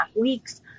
weeks